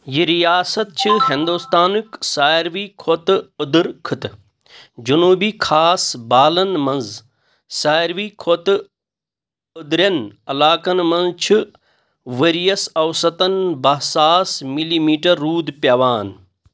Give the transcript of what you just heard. یہ ریاست چھِ ہندوستانُک سارِوی کھۄتہٕ اوٚدُر خٕطہٕ جنوٗبی كھاس بالن منز سارِوی کھۄتہٕ أدرٮ۪ن علاقن منٛز چھُ ؤریس اوسطاً باہ ساس ملی میٖٹر روٗد پٮ۪وان